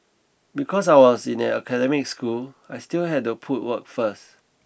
because I was in an academic school I still had to put work first